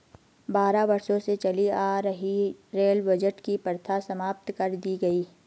बारह वर्षों से चली आ रही रेल बजट की प्रथा समाप्त कर दी गयी